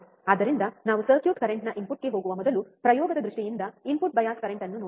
ಆದ್ದರಿಂದ ನಾವು ಸರ್ ಕರೆಂಟ್ನ ಇನ್ಪುಟ್ಗೆ ಹೋಗುವ ಮೊದಲು ಪ್ರಯೋಗದ ದೃಷ್ಟಿಯಿಂದ ಇನ್ಪುಟ್ ಬಯಾಸ್ ಕರೆಂಟ್ ಅನ್ನು ನೋಡೋಣ